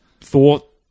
thought